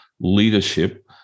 leadership